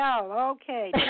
Okay